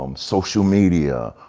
um social media,